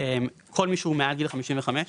כל מי שהוא מעל גיל 55,